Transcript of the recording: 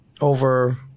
over